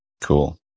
Cool